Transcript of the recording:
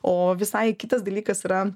o visai kitas dalykas yra